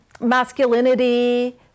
masculinity